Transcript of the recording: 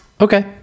Okay